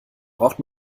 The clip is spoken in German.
braucht